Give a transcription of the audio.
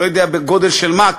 לא יודע בגודל של מה,